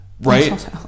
Right